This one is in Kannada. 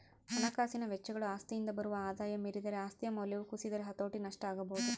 ಹಣಕಾಸಿನ ವೆಚ್ಚಗಳು ಆಸ್ತಿಯಿಂದ ಬರುವ ಆದಾಯ ಮೀರಿದರೆ ಆಸ್ತಿಯ ಮೌಲ್ಯವು ಕುಸಿದರೆ ಹತೋಟಿ ನಷ್ಟ ಆಗಬೊದು